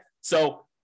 So-